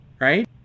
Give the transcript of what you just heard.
Right